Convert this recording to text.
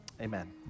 Amen